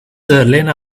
lena